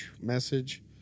message